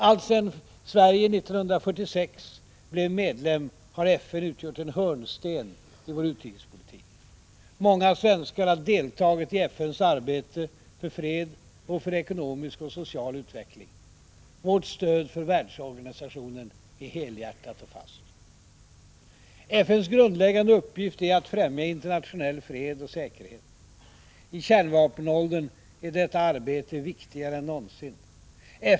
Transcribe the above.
Alltsedan Sverige 1946 blev medlem har FN utgjort en hörnsten i vår utrikespolitik. Många svenskar har deltagit i FN:s arbete för fred och för ekonomisk och social utveckling. Vårt stöd för världsorganisationen är helhjärtat. FN:s grundläggande uppgift är att främja internationell fred och säkerhet. I kärnvapenåldern är detta arbete viktigare än någonsin.